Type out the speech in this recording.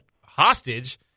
hostage